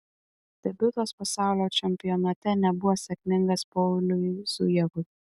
debiutas pasaulio čempionate nebuvo sėkmingas pauliui zujevui